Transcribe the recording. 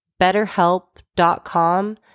betterhelp.com